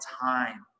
time